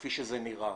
כפי שזה נראה.